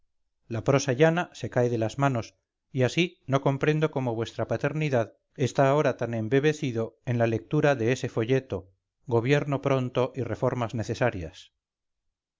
la prosa llana se cae de las manos y así no comprendo cómo vuestra paternidad está ahora tan embebecido en la lectura de ese folleto gobierno pronto y reformas necesarias